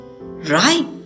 Right